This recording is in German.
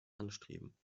anstreben